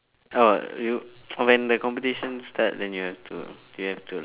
oh you when the competition start then you have to you have to like